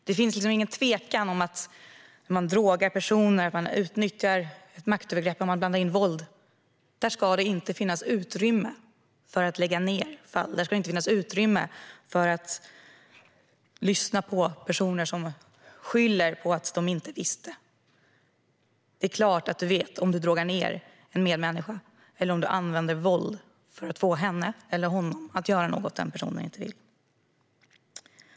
Det finns ingen tvekan om att om personer drogas, maktövertag utnyttjas och våld blandas in ska det inte finnas utrymme för att lyssna på personer som skyller på att de inte visste. Det är klart att man vet om man drogar ned en medmänniska eller använder våld för att få henne eller honom att göra något personen inte vill.